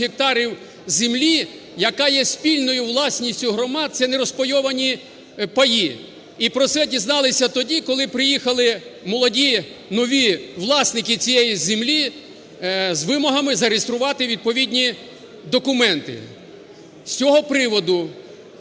гектарів землі, яка є спільною власністю громад, це нерозпайовані паї. І про це дізналися тоді, коли приїхали молоді нові власники цієї землі з вимогами зареєструвати відповідні документи. З цього приводу